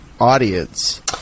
audience